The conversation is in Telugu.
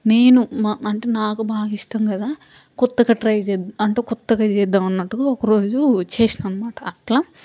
నేను మా అంటే నాకు బాగా ఇష్టం కదా కొత్తగా ట్రై చే అంటే కొత్తగా చేద్దాం అన్నట్టుగా ఒకరోజు చేసినా అనమాట అట్లా